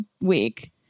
week